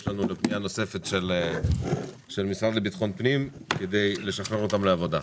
לנו לפנייה נוספת של המשרד לביטחון הפנים כדי לשחרר אותם לעבודה.